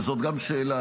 וגם זאת שאלה,